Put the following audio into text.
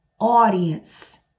audience